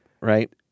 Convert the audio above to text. right